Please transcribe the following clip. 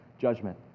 judgment